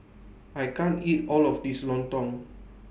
I can't eat All of This Lontong